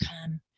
come